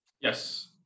Yes